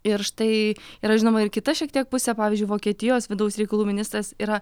ir štai yra žinoma ir kita šiek tiek pusė pavyzdžiui vokietijos vidaus reikalų ministras yra